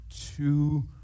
two